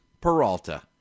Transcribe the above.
Peralta